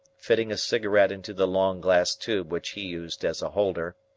fitting a cigarette into the long glass tube which he used as a holder.